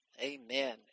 Amen